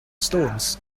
stones